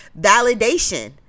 validation